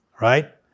right